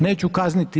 Neću kazniti.